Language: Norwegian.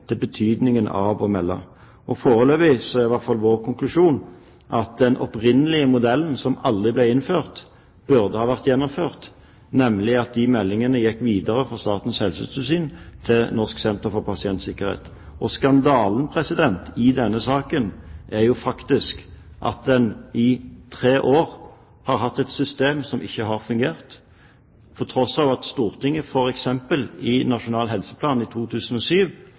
hvert fall vår konklusjon at den opprinnelige modellen, som aldri ble innført, burde ha vært gjennomført, nemlig at disse meldingene gikk videre fra Statens helsetilsyn til Nasjonalt senter for pasientsikkerhet. Skandalen i denne saken er faktisk at en i tre år har hatt et system som ikke har fungert, til tross for at Stortinget f.eks. i forbindelse med Nasjonal helseplan i 2007